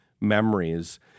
memories